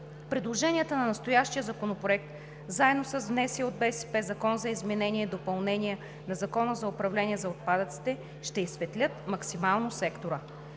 Предложенията на настоящия Законопроект, заедно с внесения от БСП Закон за изменение и допълнение на Закона за управление на отпадъците, ще изсветлят максимално сектора.